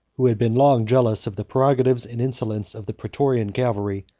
who had been long jealous of the prerogatives and insolence of the praetorian cavalry,